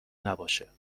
نباشه